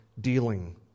dealing